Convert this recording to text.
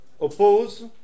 oppose